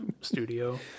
studio